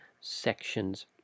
sections